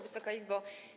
Wysoka Izbo!